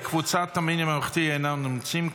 קבוצת הימין הממלכתי אינם נמצאים.